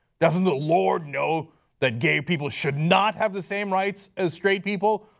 doesn't the lord know that gay people should not have the same rights as straight people?